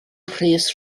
rhys